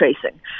tracing